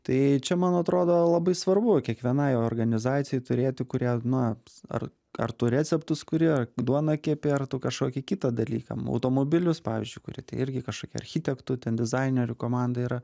tai čia man atrodo labai svarbu kiekvienai organizacijai turėti kurie na ar ar tu receptus kuri ar duoną kepi ar tu kažkokį kitą dalyką automobilius pavyzdžiui kuri tai irgi kažkokia architektų ten dizainerių komanda yra